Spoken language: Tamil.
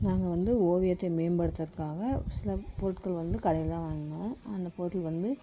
நாங்கள் வந்து ஓவியத்தை மேம்படுத்துறத்துக்காக சில பொருட்கள் வந்து கடையில் தான் வாங்குவோம் அந்த பொருள் வந்து